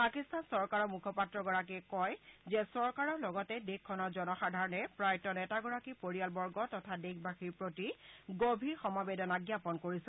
পাকিস্তান চৰকাৰৰ মুখপাত্ৰগৰাকীয়ে কয় যে চৰকাৰৰ লগতে দেশখনৰ জনসাধাৰণে প্ৰয়াত নেতাগৰাকীৰ পৰিয়ালবৰ্গ তথা দেশবাসীৰ প্ৰতি গভীৰ সমবেদনা জাপন কৰিছে